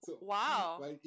Wow